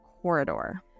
corridor